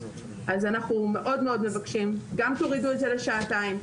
אז אנחנו מאוד מאוד מבקשים שגם תורידו את זה לשעתיים,